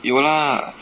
有 lah